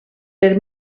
per